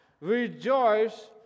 rejoice